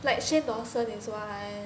like shane dawson is one